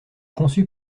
conçu